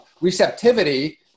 receptivity